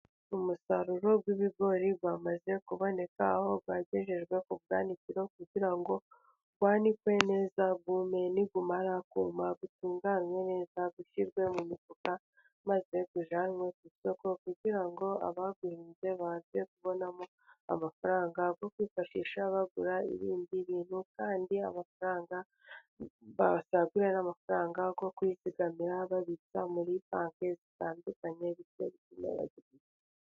Umusaruro w'ibigori wamaze kuboneka aho wagejejwe ku bwanikiro, kugira ngo wanikwe neza wume, numara kuma utunganwe neza ushyirwe mu mifuka maze ujyanwe ku isoko, kugira ngo abawuhinze baze kubonamo amafaranga yo kwifashisha bagura ibindi bintu, kandi amafaranga basaguye ni amafaranga yo kwizigamira, babitsa muri banki zitandukanye ......